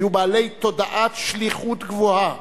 היו בעלי תודעת שליחות גבוהה